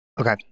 Okay